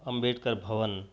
Ambedkar Bhavan